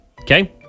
Okay